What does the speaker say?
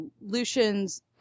Lucian's